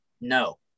no